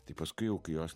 tai paskui jau kai jos